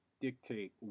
dictate